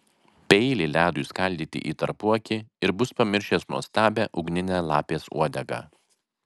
peilį ledui skaldyti į tarpuakį ir bus pamiršęs nuostabią ugninę lapės uodegą